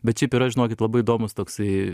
bet šiaip yra žinokit labai įdomus toksai